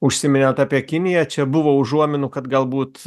užsiminėt apie kiniją čia buvo užuominų kad galbūt